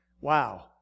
Wow